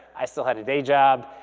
i still had a day job,